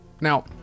Now